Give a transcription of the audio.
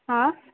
हां